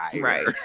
right